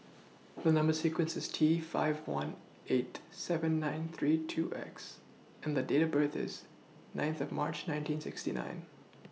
The Number sequence IS T five one eight seven nine three two X and Date of birth IS ninth of March nineteen sixty nine